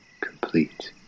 complete